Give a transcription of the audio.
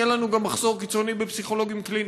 יהיה לנו גם מחסור קיצוני בפסיכולוגים קליניים.